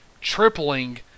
tripling